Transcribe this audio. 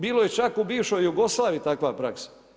Bilo je čak u bivšoj Jugoslaviji takva praksa.